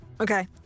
Okay